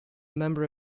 member